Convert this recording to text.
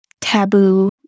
taboo